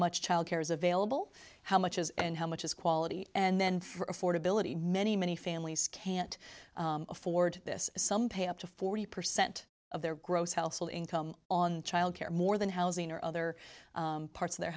much childcare is available how much is and how much is quality and then for affordability many many families can't afford this some pay up to forty percent of their gross household income on child care more than housing or other parts of their